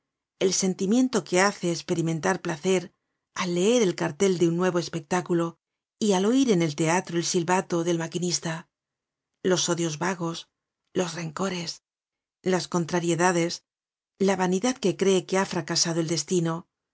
el sentimiento que hace esperimentar placer al leer el cartel de un nuevo espectáculo y al oir en el teatro el silbato del maquinista los odios vagos los rencores las contrariedades la vanidad que cree que ha fracasado el destino